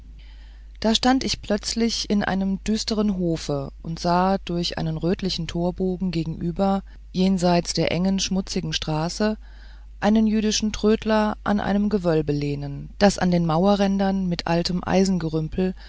da stand ich plötzlich in einem düsteren hofe und sah durch einen rötlichen torbogen gegenüber jenseits der engen schmutzigen straße einen jüdischen trödler an einem gewölbe lehnen das an den mauerrändern mit altem